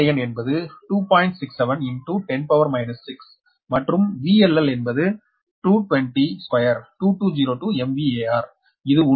67 10 6 மற்றும் VLL என்பது 2202 2202MVAR இது உண்மையில் 40